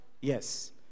Yes